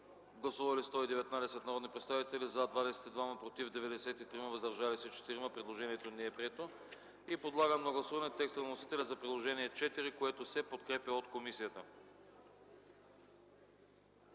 Гласували 114 народни представители: за 21, против 88, въздържали се 5. Предложението не е прието. Подлагам на гласуване текста на вносителя за чл. 9, който се подкрепя от комисията.